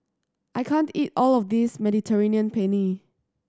I can't eat all of this Mediterranean Penne